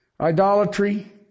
Idolatry